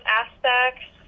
aspects